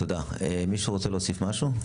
מישהו רוצה להוסיף משהו?